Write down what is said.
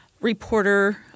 reporter